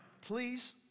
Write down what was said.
please